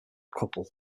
couple